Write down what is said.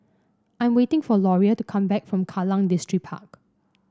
I'm waiting for Loria to come back from Kallang Distripark